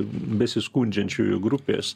besiskundžiančiųjų grupės